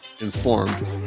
informed